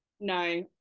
no